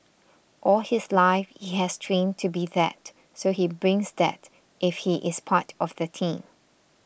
all his life he has trained to be that so he brings that if he is part of the team